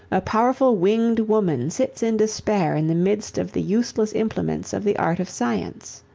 a powerful winged woman sits in despair in the midst of the useless implements of the art of science.